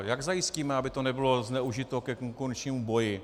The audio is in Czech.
Jak zajistíme, aby to nebylo zneužito ke konkurenčnímu boji?